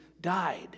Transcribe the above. died